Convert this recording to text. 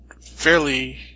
fairly